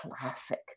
classic